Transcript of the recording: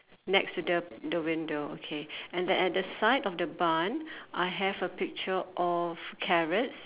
next to the the window okay and then at the side of the bun I have a picture of carrots